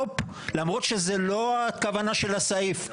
למרות שזו לא הכוונה של הסעיף.